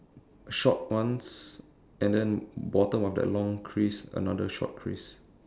short ones and then bottom of that long crease another short crease